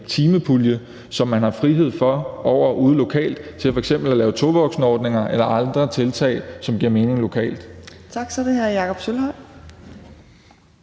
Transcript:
timepulje, som man har frihed til ude lokalt at bruge til f.eks. at lave tovoksenordninger eller andre tiltag, som giver mening lokalt. Kl. 15:26 Fjerde næstformand